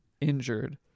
injured